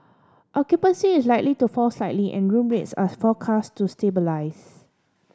occupancy is likely to fall slightly and room rates are forecast to stabilise